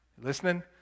Listening